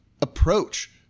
approach